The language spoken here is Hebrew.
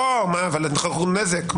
לא, אבל זה גורם נזק.